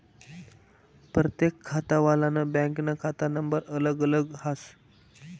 परतेक खातावालानं बँकनं खाता नंबर अलग अलग हास